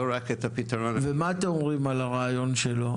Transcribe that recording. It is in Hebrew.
ולא רק את הפתרון --- ומה אתם אומרים על הרעיון שלו,